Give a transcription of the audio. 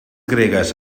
gregues